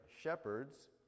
shepherds